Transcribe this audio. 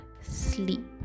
sleep